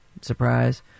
Surprise